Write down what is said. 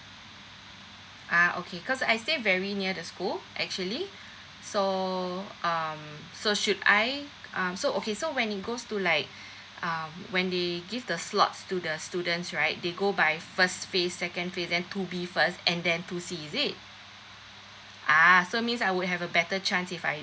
uh okay cause I stay very near the school actually so um so should I um so okay so when it goes to like um when they give the slots to the students right they go by first phase second phase then two B first and then two C is it ah so means I would have a better chance if I